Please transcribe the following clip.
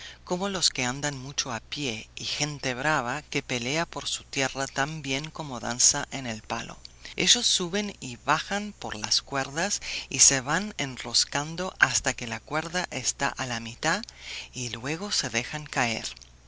como los que andan mucho a pie y gente brava que pelea por su tierra tan bien como danza en el palo ellos suben y bajan por las cuerdas y se van enroscando hasta que la cuerda está a la mitad y luego se dejan caer